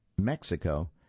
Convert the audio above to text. Mexico